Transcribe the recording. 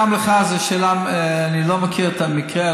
גם לך, אני לא מכיר את המקרה.